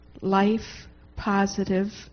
life-positive